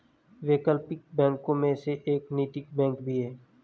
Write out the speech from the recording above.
वैकल्पिक बैंकों में से एक नैतिक बैंक भी है